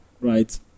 right